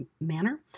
manner